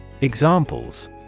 Examples